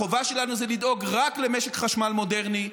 החובה שלנו זה לדאוג רק למשק חשמל מודרני,